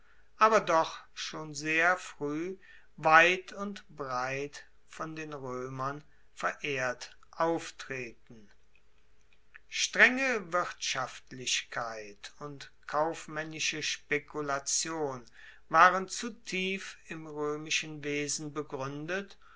aber doch schon sehr frueh weit und breit von den roemern verehrt auftreten strenge wirtschaftlichkeit und kaufmaennische spekulation waren zu tief im roemischen wesen begruendet